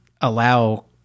allow